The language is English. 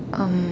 um